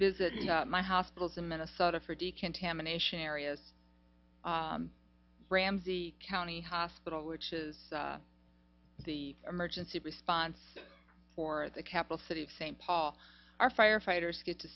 visit my hospitals in minnesota for decontamination areas ramsey county hospital which is the emergency response for the capital city of st paul our firefighters get to